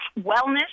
wellness